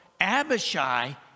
abishai